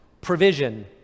provision